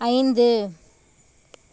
ஐந்து